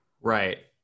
Right